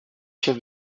chefs